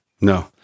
No